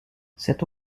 cette